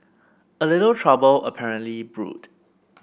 a little trouble apparently brewed